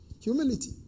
Humility